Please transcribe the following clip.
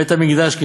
בית-המקדש,